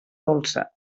dolça